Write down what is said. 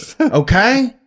okay